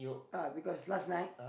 uh because last night